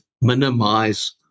minimize